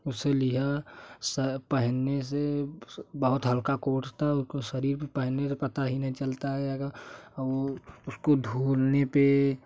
उसे लिया सा पहनने से बहुत हल्का कोट था उसको शरीर में पहनने से पता ही नहीं चलता है अगर वो उसको धोने पे